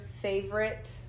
favorite